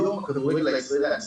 היום הכדורגל הישראלי,